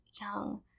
young